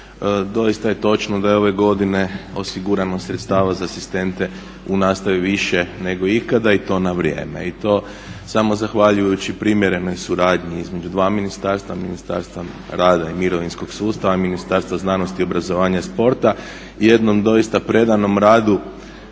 Doista je točno da je ovo godine osigurano sredstava za asistente u nastavi više nego ikada i to na vrijeme. I to samo zahvaljujući primjerenoj suradnji između dva ministarstva, Ministarstva rada i mirovinskog sustava i Ministarstva znanosti, obrazovanja i sporta i jednom doista predanom radu